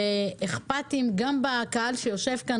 אכפתיים גם בקהל שיושב פה,